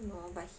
I don't know but